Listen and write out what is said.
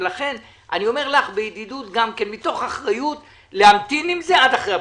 לכן אני אומר לך בידידות מתוך אחריות להמתין עם זה עד אחרי הבחירות.